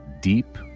deep